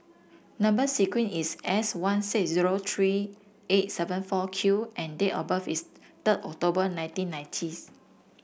number sequence is S one six zero three eight seven four Q and date of birth is third October nineteen ninety